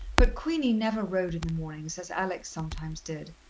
but queenie never rode in the mornings, as alex sometimes did,